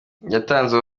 yatanze